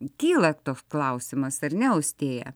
kyla toks klausimas ar ne austėja